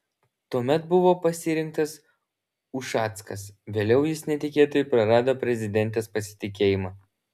tuomet buvo pasirinktas ušackas vėliau jis netikėtai prarado prezidentės pasitikėjimą